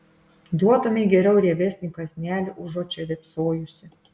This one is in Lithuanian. duotumei geriau riebesnį kąsnelį užuot čia vėpsojusi